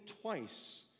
twice